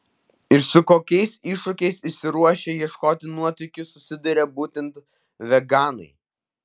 ir su kokiais iššūkiais išsiruošę ieškoti nuotykių susiduria būtent veganai